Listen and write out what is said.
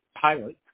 Pilot